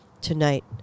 Tonight